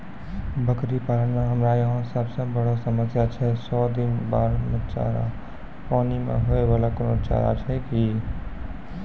बकरी पालन मे हमरा यहाँ सब से बड़ो समस्या छै सौ दिन बाढ़ मे चारा, पानी मे होय वाला कोनो चारा छै कि?